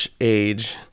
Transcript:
age